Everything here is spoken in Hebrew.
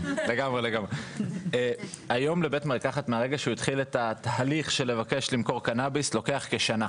מהרגע שבית מרקחת התחיל את התהליך של לבקש למכור קנביס לוקח שנה.